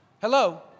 Hello